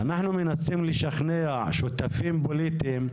אנחנו מנסים לשכנע שותפים פוליטיים,